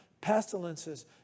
pestilences